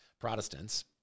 Protestants